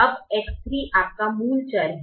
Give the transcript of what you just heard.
अब X3 आपका मूल चर है